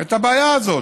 את הבעיה הזאת.